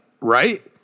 right